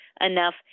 enough